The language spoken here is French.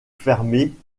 fermée